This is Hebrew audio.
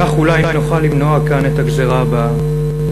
כך אולי נוכל למנוע כאן את הגזירה הבאה.